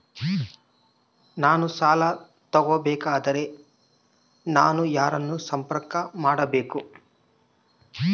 ನಾನು ಸಾಲ ತಗೋಬೇಕಾದರೆ ನಾನು ಯಾರನ್ನು ಸಂಪರ್ಕ ಮಾಡಬೇಕು?